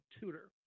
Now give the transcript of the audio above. tutor